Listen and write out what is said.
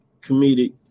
comedic